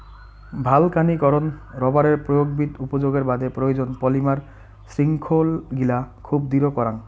ভালকানীকরন রবারের প্রায়োগিক উপযোগের বাদে প্রয়োজন, পলিমার শৃঙ্খলগিলা খুব দৃঢ় করাং